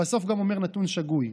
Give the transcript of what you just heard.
ובסוף גם אומר נתון שגוי,